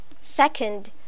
Second